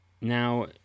now